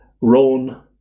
Roan